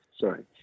sorry